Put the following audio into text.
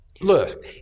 Look